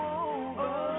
over